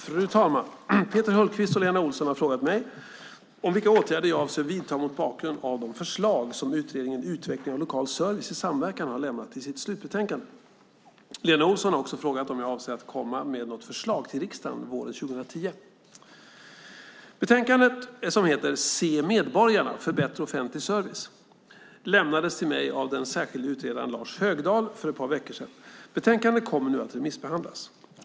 Fru talman! Peter Hultqvist och Lena Olsson har frågat mig vilka åtgärder jag avser att vidta mot bakgrund av de förslag som utredningen Utveckling av lokal service i samverkan har lämnat i sitt slutbetänkande. Lena Olsson har också frågat om jag avser att komma med något förslag till riksdagen under våren 2010. Betänkandet, som heter Se medborgarna - för bättre offentlig service , lämnades till mig av den särskilde utredaren Lars Högdahl för ett par veckor sedan. Betänkandet kommer nu att remissbehandlas.